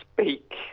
speak